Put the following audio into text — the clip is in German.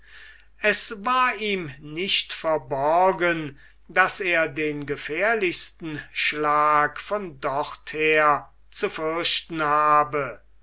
es war ihm nicht verborgen daß er den gefährlichsten schlag von dorther zu fürchten habe